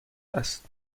است